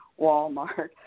Walmart